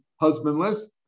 husbandless